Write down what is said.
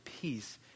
peace